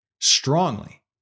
strongly